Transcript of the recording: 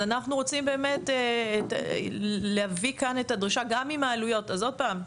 אז אנחנו רוצים להביא כאן את הדרישה גם עם העלויות; עוד פעם,